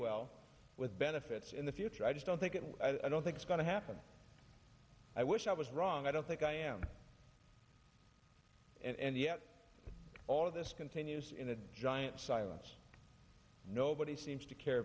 well with benefits in the future i just don't think and i don't think it's going to happen i wish i was wrong i don't think i am and yet all of this continues in a giant silence nobody seems to care